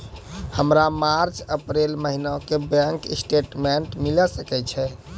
हमर मार्च अप्रैल महीना के बैंक स्टेटमेंट मिले सकय छै?